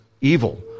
evil